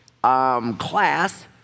class